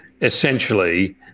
essentially